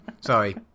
Sorry